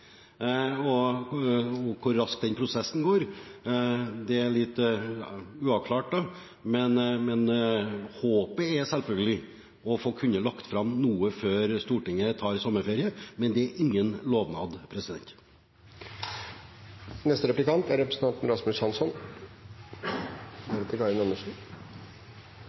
Hvor raskt den prosessen går, er litt uavklart, men håpet er selvfølgelig å kunne få lagt fram noe før Stortinget tar sommerferie. Men det er ingen lovnad. Utgangspunktet for denne debatten er